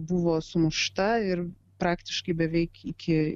buvo sumušta ir praktiškai beveik iki